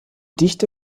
dichte